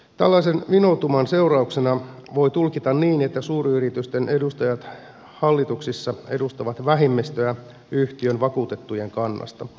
tällaisen vinoutuman seurauksena voi tulkita niin että suuryritysten edustajat hallituksissa edustavat vähemmistöä yhtiön vakuutettujen kannasta